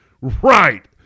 Right